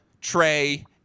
Trey